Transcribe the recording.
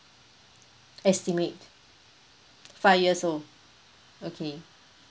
estimate five years old okay